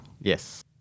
Yes